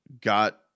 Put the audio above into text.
got